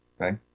okay